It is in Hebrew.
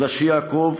אלא שיעקב,